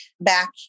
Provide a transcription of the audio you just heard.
back